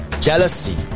Jealousy